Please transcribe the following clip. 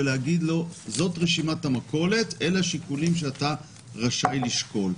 ולתת לו רשימת מכולת של השיקולים שהוא רשאי לשקול.